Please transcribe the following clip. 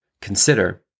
Consider